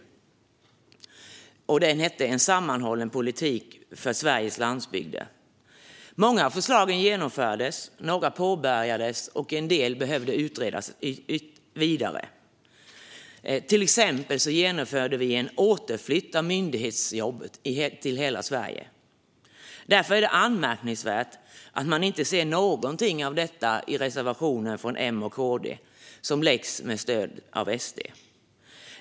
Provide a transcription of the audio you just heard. Betänkandet hette För Sveriges landsbygder - en sammanhållen politik för arbete, hållbar tillväxt och välfärd . Många av förslagen genomfördes, några påbörjades och en del behövde utredas vidare. Till exempel genomförde vi en återflytt av myndighetsjobb till hela Sverige. Därför är det anmärkningsvärt att man inte ser något av detta i reservationen från M och KD, som lagts fram med stöd av SD.